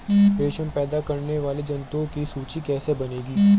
रेशम पैदा करने वाले जंतुओं की सूची कैसे बनेगी?